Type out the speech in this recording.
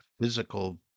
physical